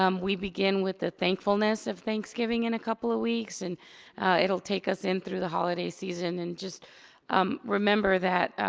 um we begin with the thankfulness of thanksgiving in a couple of weeks. and it'll take us in through the holiday season. and just um remember that,